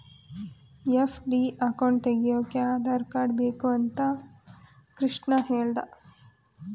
FD account ತೆಗೆಯೋಕೆ Aadhaar card ಬೇಕು ಅಂತ ಕೃಷ್ಣ ಕೇಳ್ದ